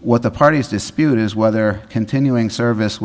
what the parties dispute is whether continuing service